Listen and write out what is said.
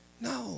no